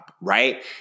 right